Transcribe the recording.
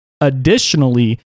Additionally